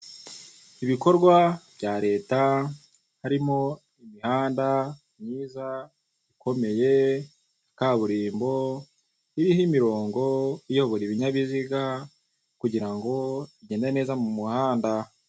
Ibikorwa bya Leta, harimo imihanda myiza ikomeye ya kaburimbo iriho imiringo iyobora ibinyabiziga kugira ngo bigende neza mu muhanda.